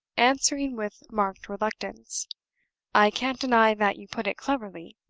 answering with marked reluctance i can't deny that you put it cleverly.